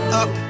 up